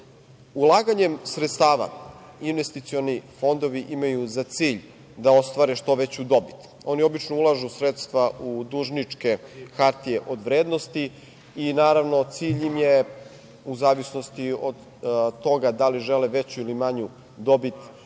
sistema. Ulaganjem sredstava, investicioni fondovi imaju za cilj da ostvare što veću dobit. Oni obično ulažu sredstva u dužničke hartije od vrednosti i naravno, cilj im je u zavisnosti od toga da li žele veću ili manju dobit,